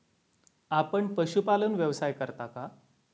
आपण पशुपालन व्यवसाय करता का?